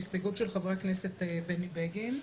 ההסתייגות של חבר הכנסת בני בגין.